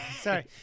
sorry